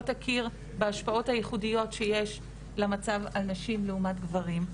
תכיר בהשפעות הייחודיות שיש למצב הנשים לעומת גברים.